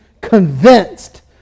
convinced